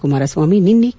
ಕುಮಾರಸ್ವಾಮಿ ನಿನ್ನೆ ಕೆ